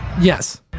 Yes